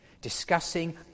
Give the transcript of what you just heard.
discussing